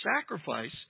sacrifice